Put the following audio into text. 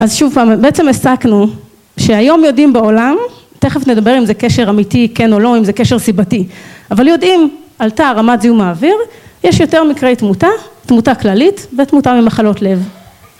אז שוב פעם, בעצם הסקנו שהיום יודעים בעולם, תכף נדבר אם זה קשר אמיתי, כן או לא, אם זה קשר סיבתי, אבל יודעים: עלתה רמת זיהום האוויר, יש יותר מקרי תמותה, תמותה כללית, ותמותה ממחלות לב.